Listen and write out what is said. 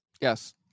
Yes